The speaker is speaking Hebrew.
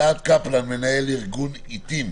אלעד קפלן מנהל ארגון עתים.